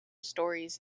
stories